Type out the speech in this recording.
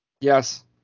Yes